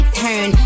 turn